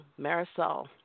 Marisol